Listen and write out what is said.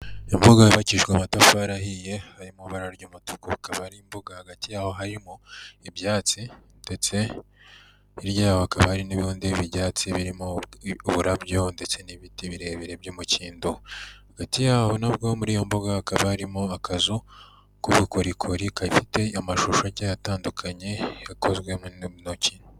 Imbuga yubakishijwe amatafari ahiye harimo ibara ry'umutuku, akaba ari imbuga hagati y’aho harimo ibyatsi ndetse hirya yaho hakaba hari n'ibindi by'ibyatsi birimo uburabyo, ndetse n'ibiti birebire by'umukindo. Hagati yaho nabwo mur’iyo mbuga hakaba harimo akazu k'ubukorikori gafite amashusho agiye atandukanye yakozwe mu ntoki.